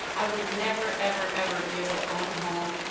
i would never, ever, ever be able to own a home,